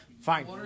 Fine